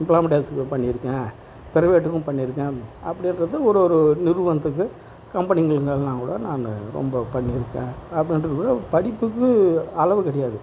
government ஆபீஸ்க்கு பண்ணியிருக்கேன் பிரைவட்டுக்கும் பண்ணியிருக்கேன் அப்படின்றது ஒரு ஒரு நிறுவனத்துக்கும் கம்பெனிகளுக்கும் வேணுன்னால் கூட நான் ரொம்ப பண்ணியிருக்கேன் அப்படின்றது கூட படிப்புக்கு அளவு கிடையாது